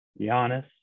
Giannis